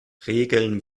regeln